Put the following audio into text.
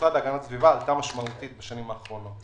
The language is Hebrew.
המשרד להגנת הסביבה עלתה משמעותית בשנים האחרונות.